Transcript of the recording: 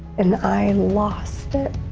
and i lost it.